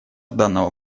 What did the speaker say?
данного